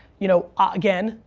you know again,